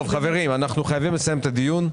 חברים, אנחנו חייבים לסיים את הדיון.